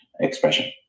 expression